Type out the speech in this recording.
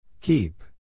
Keep